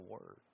word